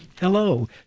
Hello